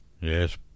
Yes